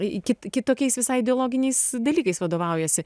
kitokiais visai dialoginiais dalykais vadovaujasi